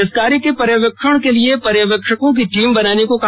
इस कार्य के पर्यवेक्षण के लिए पर्यवेक्षकों के टीम बनाने को कहा